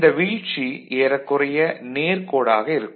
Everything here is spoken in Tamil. இந்த வீழ்ச்சி ஏறக்குறைய நேர்கோடாக இருக்கும்